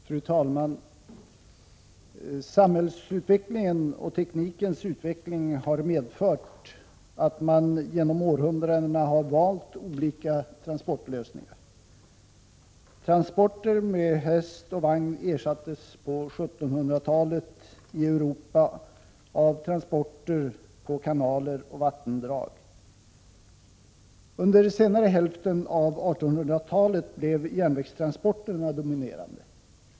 Fru talman! Samhällsutvecklingen och teknikens utveckling har genom århundradena medfört val av olika transportlösningar. Transporter med häst och vagn ersattes på 1700-talet i Europa av transporter på kanaler och vattendrag. Under senare hälften av 1800-talet blev järnvägstransporterna dominerande.